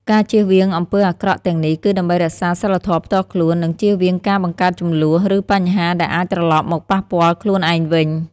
ការជៀសវាងអំពើអាក្រក់ទាំងនេះ គឺដើម្បីរក្សាសីលធម៌ផ្ទាល់ខ្លួន និងជៀសវាងការបង្កើតជម្លោះ ឬបញ្ហាដែលអាចត្រលប់មកប៉ះពាល់ខ្លួនឯងវិញ។